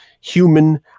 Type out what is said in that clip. human